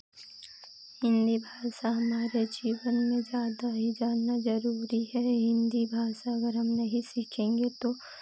हिन्दी भाषा हमारे जीवन में ज़्यादा ही जानना ज़रूरी है हिन्दी भाषा अगर हम नहीं सीखेंगे तो